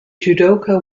judoka